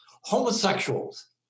homosexuals